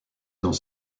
dans